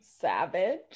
savage